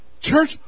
Church